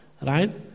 Right